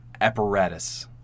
Apparatus